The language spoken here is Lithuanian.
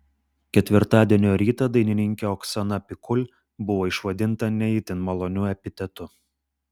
ketvirtadienio rytą dainininkė oksana pikul buvo išvadinta ne itin maloniu epitetu